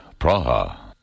Praha